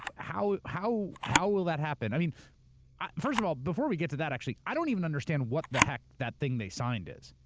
how how will that happen? i mean first of all, before we get to that actually. i don't even understand what the heck that thing they signed is,